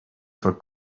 for